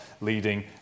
leading